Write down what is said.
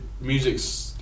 music's